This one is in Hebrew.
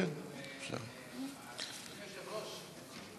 אדוני היושב-ראש.